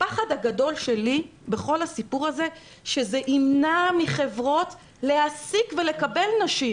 הפחד הגדול שלי בכל הסיפור הזה הוא שזה ימנע מחברות להעסיק ולקבל נשים.